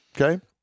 okay